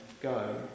go